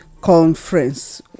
conference